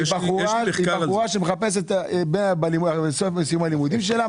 בחורה שסיימה את הלימודים שלה,